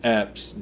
apps